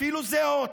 אפילו זהות.